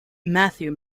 matthew